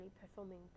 performing